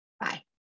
Bye